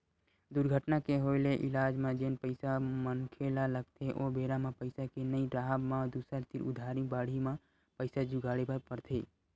दुरघटना के होय ले इलाज म जेन पइसा मनखे ल लगथे ओ बेरा म पइसा के नइ राहब म दूसर तीर उधारी बाड़ही म पइसा जुगाड़े बर परथे